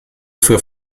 für